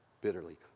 bitterly